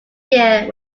year